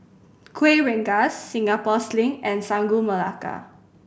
Kuih Rengas Singapore Sling and Sagu Melaka